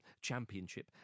championship